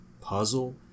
puzzle